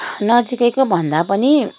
नजिकैको भन्दा पनि